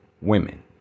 women